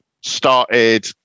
started